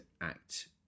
act